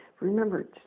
remember